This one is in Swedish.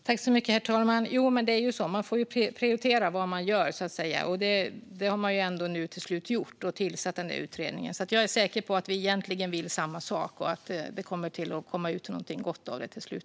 Herr talman! Man får ju prioritera vad man gör. Det har man ändå nu till slut gjort och tillsatt utredningen. Jag är säker på att vi egentligen vill samma sak och att det kommer att komma ut någonting gott av det till slut.